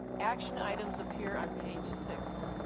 action items appear on page six.